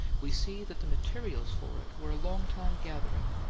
we see that the materials for it were a long time gathering,